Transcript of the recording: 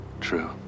true